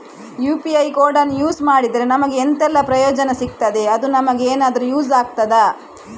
UPI ಕೋಡನ್ನು use ಮಾಡಿದ್ರೆ ನನಗೆ ಎಂಥೆಲ್ಲಾ ಪ್ರಯೋಜನ ಸಿಗ್ತದೆ, ಅದು ನನಗೆ ಎನಾದರೂ ಯೂಸ್ ಆಗ್ತದಾ?